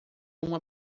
uma